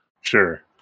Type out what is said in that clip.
Sure